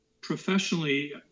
Professionally